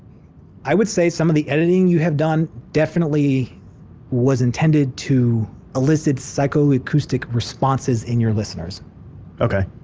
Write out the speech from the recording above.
i would say some of the editing you have done definitely was intended to illicit psychoacoustic responses in your listeners okay.